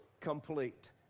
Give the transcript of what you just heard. complete